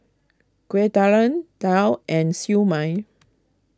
Kueh Talam Daal and Siew Mai